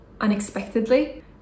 unexpectedly